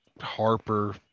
Harper